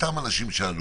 אותם אנשים שעולים,